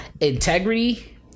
integrity